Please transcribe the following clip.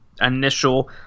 initial